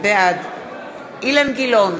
בעד אילן גילאון,